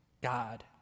God